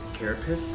carapace